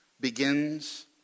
begins